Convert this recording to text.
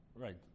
Right